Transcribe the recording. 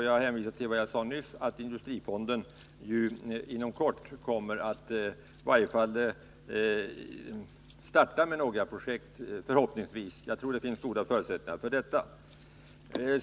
Jag hänvisar till vad jag sade nyss, nämligen att industrifonden förhoppningsvis inom kort kommer att starta några projekt. Jag tror det finns goda förutsättningar för detta.